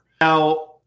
Now